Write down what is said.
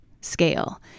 scale